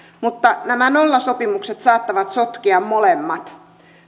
mutta nämä nollasopimukset saattavat sotkea molemmat